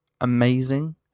amazing